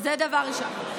זה דבר ראשון.